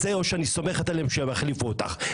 זה או שאני סומכת עליהם שהם יחליפו אותך.